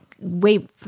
wait